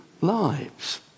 lives